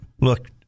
look